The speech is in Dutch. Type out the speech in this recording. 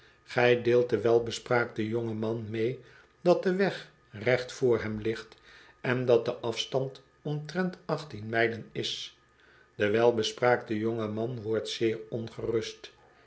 gij deelt den welbespraakten jongen man mee dat de weg recht voor hem ligt en dat de afstand omtrent achttien mijlen is de welbespraakte jonge man wordt zeer ongerust